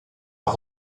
par